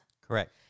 Correct